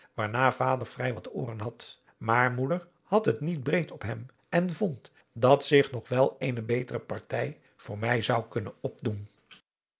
waarnaar vader vrij wat ooren had maar moeder had het niet breed op hem en vond dat zich nog wel eene betere partij voor mij zou kunnen opdoen